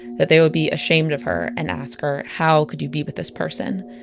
that they would be ashamed of her, and ask her how could you be with this person?